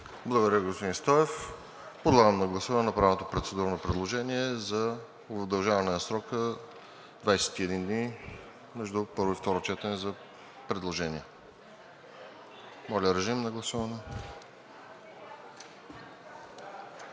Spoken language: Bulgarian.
Благодаря, господин Стоев. Подлагам на гласуване направеното процедурно предложение за удължаване на срока – 21 дни, между първо и второ четене за предложения. Гласували